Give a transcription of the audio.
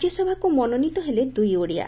ରାଜ୍ୟସଭାକ ମନୋନୀତ ହେଲେ ଦୁଇ ଓଡ଼ିଆ